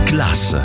Class